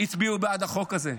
הצביעו בעד החוק הזה,